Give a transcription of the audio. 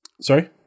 Sorry